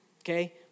okay